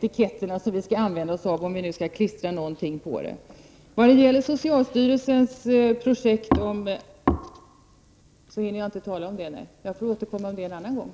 Till socialstyrelsens projekt får jag återkomma, eftersom min taletid nu är slut.